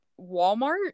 Walmart